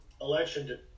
election